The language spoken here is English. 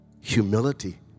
humility